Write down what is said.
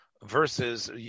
versus